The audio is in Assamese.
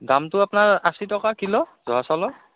দামটো আপোনাৰ আশী টকা কিলো জহা চাউলৰ